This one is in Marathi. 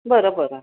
बरं बरं